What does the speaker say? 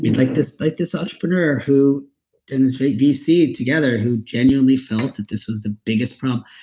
like this like this entrepreneur who done this vc together who genuinely felt that this was the biggest problem.